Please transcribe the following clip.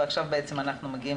ועכשיו אנחנו מגיעים